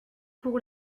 pour